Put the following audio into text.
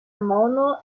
mono